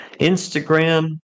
instagram